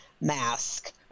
mask